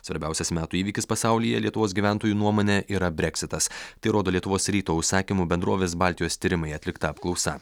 svarbiausias metų įvykis pasaulyje lietuvos gyventojų nuomone yra breksitas tai rodo lietuvos ryto užsakymu bendrovės baltijos tyrimai atlikta apklausa